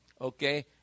okay